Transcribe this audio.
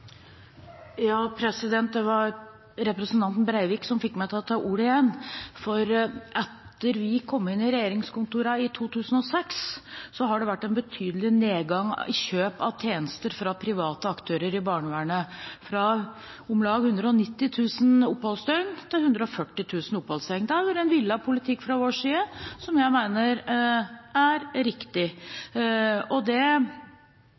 Det var representanten Breivik som fikk meg til å ta ordet igjen. Etter at vi kom inn i regjeringskontorene i 2006, har det vært en betydelig nedgang i kjøp av tjenester fra private aktører i barnevernet, fra om lag 190 000 til 140 000 oppholdsdøgn. Det har vært en villet politikk fra vår side, som jeg mener er riktig. Det